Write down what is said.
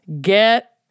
get